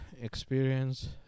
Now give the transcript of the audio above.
experience